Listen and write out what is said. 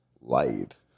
light